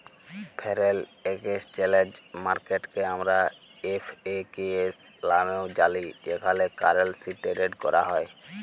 foreign exchange মার্কেটকে আমরা এফ.এ.কে.এস লামেও জালি যেখালে কারেলসি টেরেড ক্যরা হ্যয়